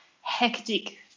hectic